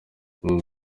lil